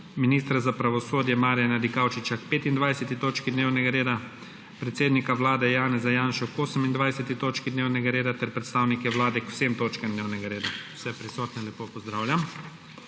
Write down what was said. ministra za pravosodje Marjana Dikaučiča k 25. točki dnevnega reda, predsednika Vlade Janeza Jaše k 28. točki dnevnega reda ter predstavnike Vlade k vsem točkam dnevnega reda. Vse prisotne lepo pozdravljam!